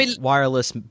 wireless